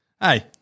Hey